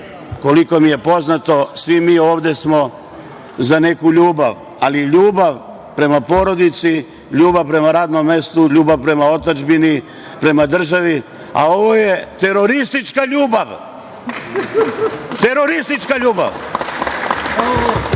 koliko mi je poznato svi mi ovde smo za neku ljubav, ali ljubav prema porodici, ljubav prema radnom mestu, ljubav prema otadžbini, prema državi, a ovo je teroristička ljubav. To u